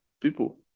people